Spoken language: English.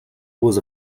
was